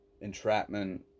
Entrapment